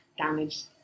damaged